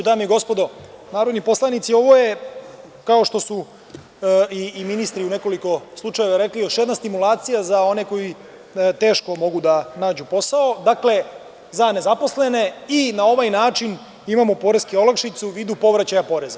Dame i gospodo narodni poslanici, ovo je kao što su i ministri u nekoliko slučajeva rekli, još jedna stimulacija za one koji teško mogu da nađu posao, dakle za nezaposlene i na ovaj način imamo poreske olakšice u vidu povraćaja poreza.